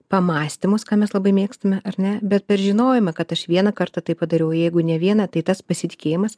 pamąstymus ką mes labai mėgstame ar ne bet per žinojimą kad aš vieną kartą taip padariau jeigu ne vieną tai tas pasitikėjimas